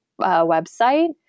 website